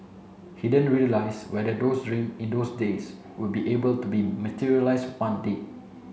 he didn't realize whether those dreams in those days would be able to be materialized one day